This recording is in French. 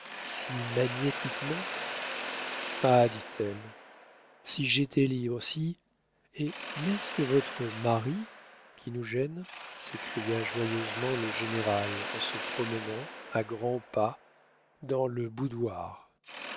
si magnétiquement ah dit-elle si j'étais libre si eh n'est-ce que votre mari qui nous gêne s'écria joyeusement le général en se promenant à grands pas dans le boudoir